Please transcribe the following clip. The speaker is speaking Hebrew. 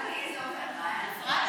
לדיון בוועדת העבודה והרווחה.